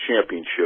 Championship